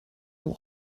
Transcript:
will